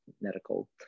medical